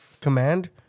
command